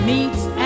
Meets